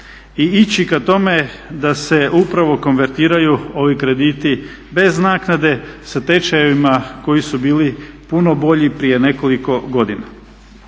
ići k tome da se upravo konvertiraju ovi krediti bez naknade sa tečajevima koji su bili puno bolji prije nekoliko godina,